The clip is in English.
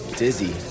dizzy